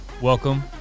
Welcome